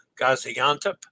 Gaziantep